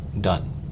done